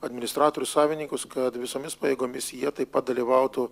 administratorius savininkus kad visomis pajėgomis jie taip pat dalyvautų